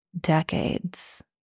decades